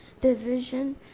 division